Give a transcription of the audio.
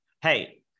Hey